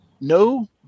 no